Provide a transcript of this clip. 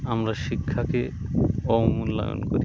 আমরা শিক্ষাকে অবমূল্যায়ন করি